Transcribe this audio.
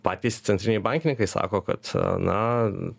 patys centriniai bankininkai sako kad na